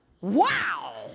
wow